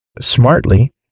smartly